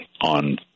on